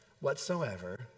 whatsoever